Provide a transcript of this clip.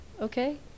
Okay